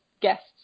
guests